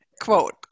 quote